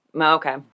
Okay